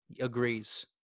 agrees